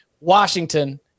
Washington